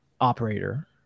operator